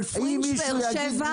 אבל פרינג' באר שבע,